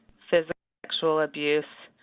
physical sexual abuse,